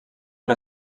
per